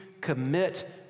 commit